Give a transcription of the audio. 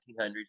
1900s